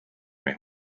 meie